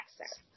access